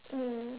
mm